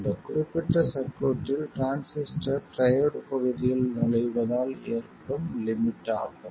இந்த குறிப்பிட்ட சர்க்யூட்டில் டிரான்சிஸ்டர் ட்ரையோட் பகுதியில் நுழைவதால் ஏற்படும் லிமிட் ஆகும்